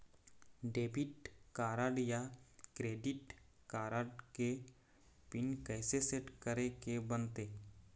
Debit card या credit card के pin कइसे सेट करे के बनते?